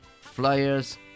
flyers